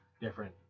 different